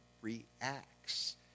reacts